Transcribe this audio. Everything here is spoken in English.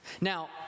Now